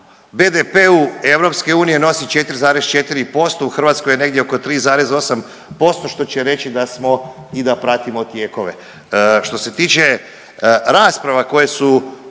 BDP-u EU nosi 4,4%, u Hrvatskoj je negdje oko 3,8% što će reći da smo i da pratimo tijekove. Što se tiče rasprava koje su